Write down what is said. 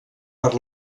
per